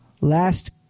Last